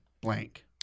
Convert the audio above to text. blank